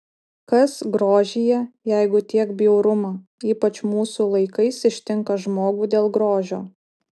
kas grožyje jeigu tiek bjaurumo ypač mūsų laikais ištinka žmogų dėl grožio